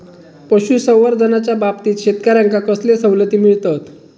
पशुसंवर्धनाच्याबाबतीत शेतकऱ्यांका कसले सवलती मिळतत?